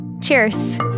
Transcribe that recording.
Cheers